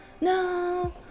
no